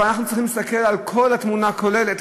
אבל אנחנו צריכים להסתכל על התמונה הכוללת.